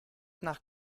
nach